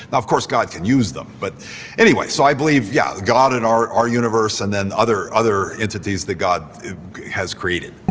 of course, god can use them, but anyway. so i believe, yeah, god, and our our universe, and then other other entities that god has created.